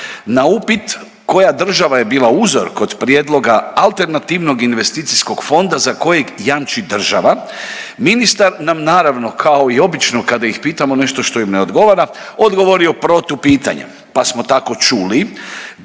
Na upit koja država je bila uzor kod prijedloga alternativnog investicijskog fonda za kojeg jamči država, ministar nam naravno kao i obično kada ih pitamo nešto što im ne odgovara, odgovorio protupitanjem. Pa smo tako čuli